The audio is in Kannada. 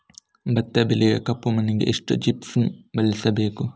ಭತ್ತ ಬೆಳೆಯುವ ಕೆಂಪು ಮಣ್ಣಿಗೆ ಎಷ್ಟು ಜಿಪ್ಸಮ್ ಬಳಸಬೇಕು?